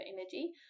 energy